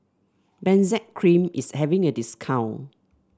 Benzac Cream is having a discount